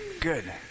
Good